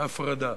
והפרדה,